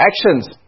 actions